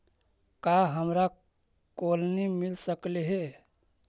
का हमरा कोलनी मिल सकले हे?